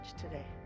today